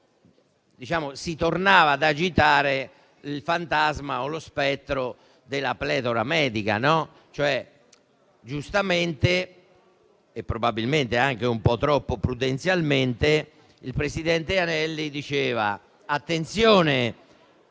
si è tornato ad agitare il fantasma o lo spettro della pletora medica. Giustamente (probabilmente un po' troppo prudenzialmente) il presidente Anelli ha detto: attenzione,